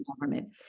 government